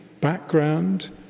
background